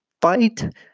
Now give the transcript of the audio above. fight